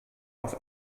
auf